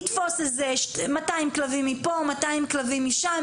לתפוס 200 כלבים מפה ו-200 כלבים משם,